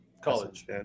College